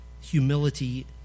humility